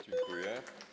Dziękuję.